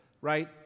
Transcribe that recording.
right